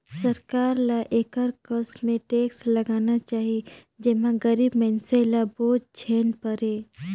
सरकार ल एकर कस में टेक्स लगाना चाही जेम्हां गरीब मइनसे ल बोझ झेइन परे